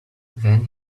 then